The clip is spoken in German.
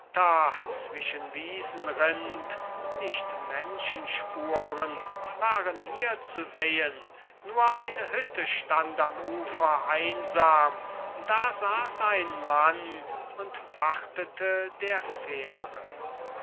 zwischen wiesen rinnt nicht menschenspuren waren hier zu sehen nur eine hütte stand am ufer einsam da sass ein mann und wartete der fähre